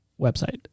website